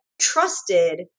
trusted